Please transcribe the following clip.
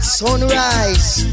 sunrise